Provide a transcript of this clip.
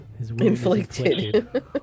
Inflicted